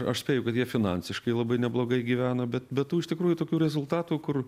aš spėju kad jie finansiškai labai neblogai gyvena bet bet tų iš tikrųjų tokių rezultatų kur